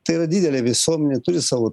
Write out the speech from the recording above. tai yra didelė visuomenė turi savo